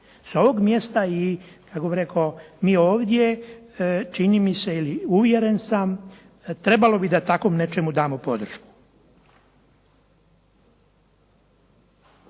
S ovog mjesta, kako bi rekao, mi ovdje čini mi se ili uvjeren sam trebalo bi da takom nečemu damo podršku.